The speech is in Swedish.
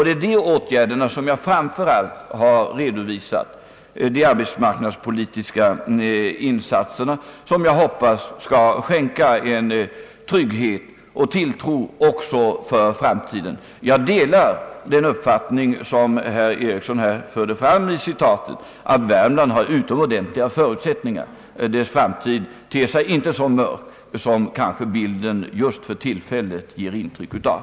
Det är de åtgärderna som jag framför allt har redovisat, de arbetsmarknadspolitiska insatser som jag hoppas skall skänka trygghet och tilltro också för framtiden, Jag delar den uppfattningen som herr Eriksson framförde i form av ett citat att Värmland har utomordentligt goda förutsättningar. Dess framtid ter sig inte så mörk som bilden kanske just för tillfället ger intryck av.